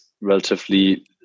relatively